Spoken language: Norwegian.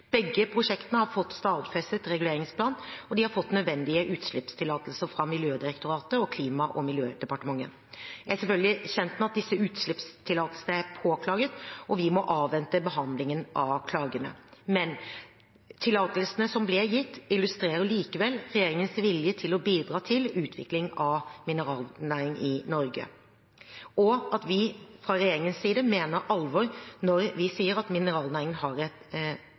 Begge prosjektene har fått stadfestet reguleringsplan, og de har fått nødvendige utslippstillatelser fra Miljødirektoratet og Klima- og miljødepartementet. Jeg er selvfølgelig kjent med at disse utslippstillatelsene er påklaget, og vi må avvente behandlingen av klagene. Men tillatelsene som ble gitt, illustrerer likevel regjeringens vilje til å bidra til utvikling av mineralnæringen i Norge, og at vi fra regjeringens side mener alvor når vi sier at mineralnæringen har et